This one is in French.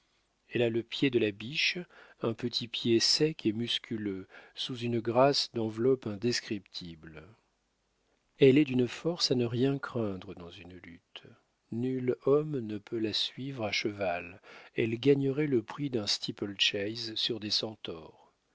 elle a le pied de la biche un petit pied sec et musculeux sous une grâce d'enveloppe indescriptible elle est d'une force à ne rien craindre dans une lutte nul homme ne peut la suivre à cheval elle gagnerait le prix d'un steeple chase sur des centaures